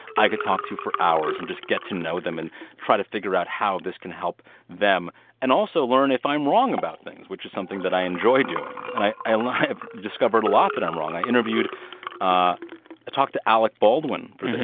i could talk to for hours and just get to know them and try to figure out how this can help them and also learn if i'm wrong about things, which is something that i enjoy doing, and like i've discovered a lot that i'm wrong. i interviewed ah i talked to alec baldwin for this,